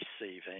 receiving